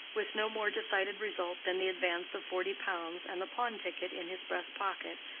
with no more decided result than the advance of forty pounds and the pawn-ticket in his breast-pocket,